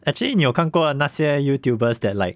actually 你有看过那些 youtubers that like